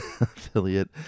affiliate